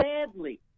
sadly